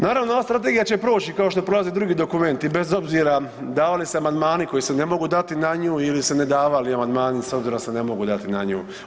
Naravno ova strategija će proći kao što prolaze drugi dokumenti bez obzira davali se amandmani koji se ne mogu dati na nju ili se ne davali amandmani s obzirom da se ne mogu dati na nju.